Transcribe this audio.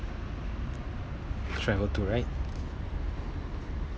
travel to right